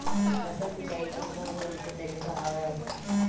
फसल सिंचाई के कोन कोन से तरीका हवय?